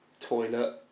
toilet